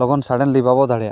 ᱞᱚᱜᱚᱱ ᱥᱟᱰᱮᱱᱞᱤ ᱵᱟᱵᱚ ᱫᱟᱲᱮᱭᱟᱜ ᱠᱟᱱᱟ